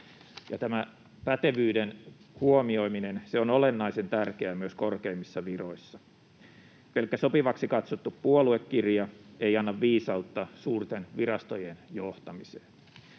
Tämä pätevyyden huomioiminen on olennaisen tärkeää myös korkeimmissa viroissa. Pelkkä sopivaksi katsottu puoluekirja ei anna viisautta suurten virastojen johtamiseen.